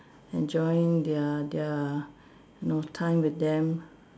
enjoying their their you know time with them